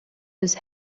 his